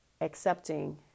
accepting